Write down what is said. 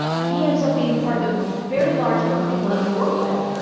he ends up being part of a very large group of people that we work with,